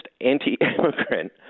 anti-immigrant